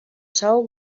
sal